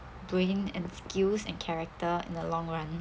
brain and skills and character in the long run